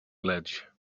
ledge